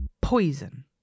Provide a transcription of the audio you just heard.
Poison